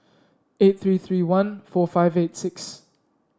eight three three one four five eight six